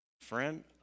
friend